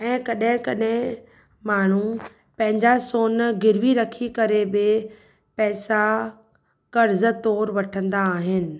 ऐं कॾहिं कॾहिं माण्हू पंहिंजा सोन गिरवी रखी करे बे पैसा कर्ज़ तौर वठंदा आहिनि